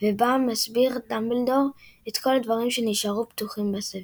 ובה מסביר דמבלדור את כל הדברים שנשארו פתוחים בספר.